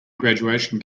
graduation